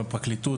עם הפרקליטות,